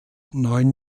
neun